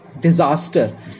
disaster